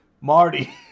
Marty